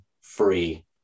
free